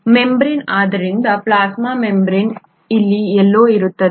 membrane ಆದ್ದರಿಂದ plasma membrane ಇಲ್ಲಿ ಎಲ್ಲೋ ಇರುತ್ತದೆ